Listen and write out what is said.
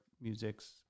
musics